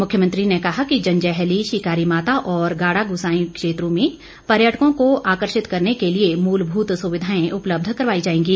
मुख्यमंत्री ने कहा कि जंजैहली शिकारी माता और गाड़ागुसांई क्षेत्रों में पर्यटकों को आकर्षित करने के लिए मूलभूत सुविधाएं उपलब्ध करवाई जाएंगी